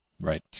right